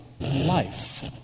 life